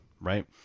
right